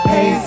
Hey